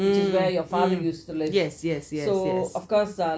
mm mm yes yes yes yes